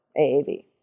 AAV